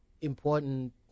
important